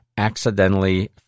accidentally